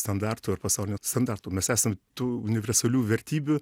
standarto ir pasaulinio standarto mes esam tų universalių vertybių